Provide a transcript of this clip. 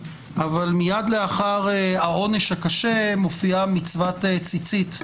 אבל מיד לאחר העונש הקשה מופיעה מצוות ציצית,